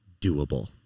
doable